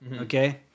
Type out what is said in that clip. Okay